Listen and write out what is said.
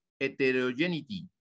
heterogeneity